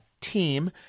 team